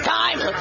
time